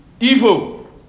Evil